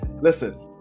listen